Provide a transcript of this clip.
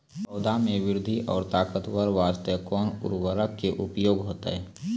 पौधा मे बृद्धि और ताकतवर बास्ते कोन उर्वरक के उपयोग होतै?